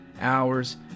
hours